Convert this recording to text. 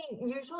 usually